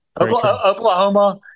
Oklahoma